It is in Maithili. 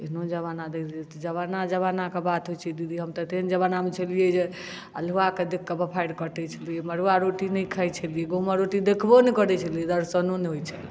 एहनो जमाना देखने छियै जमाना जमानाके बात होइत छै दीदी हम तऽ तेहन जमानामे छलियै जे अल्हुआकेँ देख कऽ बप्हारि कटैत छलियै मड़ुआ रोटी नहि खाइत छलियै गहुँमक रोटी देखबो नहि करैत छलियै दर्शनो नहि होइत छलए